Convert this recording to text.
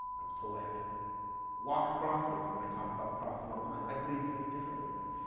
i was told i have to walk across this when i talk about crossing a line, i believe very differently now.